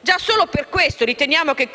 Già solo per questo riteniamo che